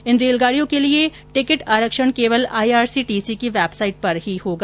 इन रेलगाडियों के लिए टिकट आरक्षण केवल आईआरसीटीसी की वेबसाईट पर ही होगा